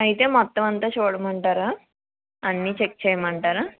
అయితే మొత్తం అంతా చూడమంటారా అన్నీ చెక్ చేయమంటారా